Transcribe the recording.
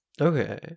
Okay